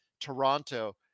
Toronto